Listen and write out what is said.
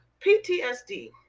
PTSD